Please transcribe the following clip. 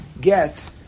get